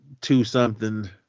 two-something